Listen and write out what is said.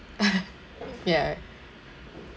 ya